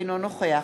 אינו נוכח